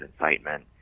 incitement